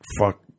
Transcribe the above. fuck